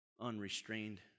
Unrestrained